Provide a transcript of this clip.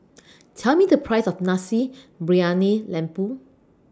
Tell Me The Price of Nasi Briyani Lembu